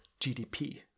GDP